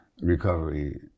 recovery